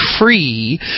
free